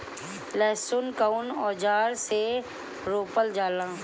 लहसुन कउन औजार से रोपल जाला?